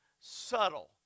subtle